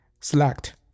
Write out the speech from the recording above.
select